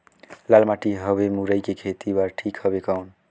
लाल माटी हवे मुरई के खेती बार ठीक हवे कौन?